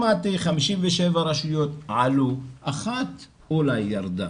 שמעתי ש-57 רשויות עלו, אחת אולי ירדה.